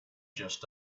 just